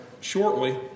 shortly